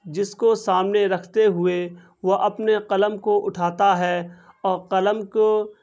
جس کو سامنے رکھتے ہوئے وہ اپنے قلم کو اٹھاتا ہے اور قلم کو